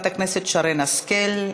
חברי הכנסת שרן השכל,